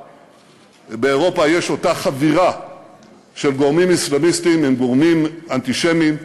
באירופה יש אותה חבירה של גורמים אסלאמיסטיים עם גורמים אנטישמיים,